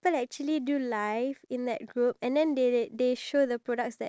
ya you know like for example gaming youtube youtubers